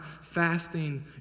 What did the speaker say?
fasting